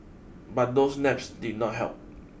but those naps did not help